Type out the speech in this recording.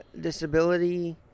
Disability